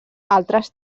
altres